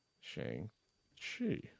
Shang-Chi